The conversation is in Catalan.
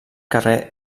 carrer